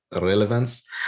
relevance